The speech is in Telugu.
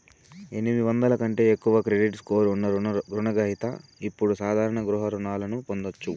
ఎనిమిది వందల కంటే ఎక్కువ క్రెడిట్ స్కోర్ ఉన్న రుణ గ్రహిత ఇప్పుడు సాధారణ గృహ రుణాలను పొందొచ్చు